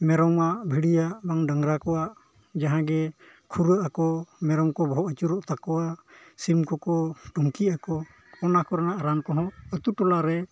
ᱢᱮᱨᱚᱢᱟᱜ ᱵᱷᱤᱲᱤᱭᱟᱜ ᱵᱟᱝ ᱰᱟᱝᱨᱟ ᱠᱚᱣᱟᱜ ᱡᱟᱦᱟᱸᱜᱮ ᱠᱷᱩᱨᱟᱹᱜ ᱟᱠᱚ ᱢᱮᱨᱚᱢ ᱠᱚ ᱵᱚᱦᱚᱜ ᱟᱹᱪᱩᱨᱚᱜ ᱛᱟᱠᱚᱣᱟ ᱥᱤᱢ ᱠᱚᱠᱚ ᱴᱩᱱᱠᱤᱜ ᱟᱠᱚ ᱚᱱᱟ ᱠᱚᱨᱮᱱᱟᱜ ᱨᱟᱱ ᱠᱚᱦᱚᱸ ᱟᱛᱳ ᱴᱚᱞᱟᱨᱮ